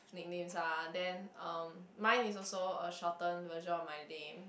nicknames ah then uh mine is also a shortened version of my name